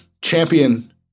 champion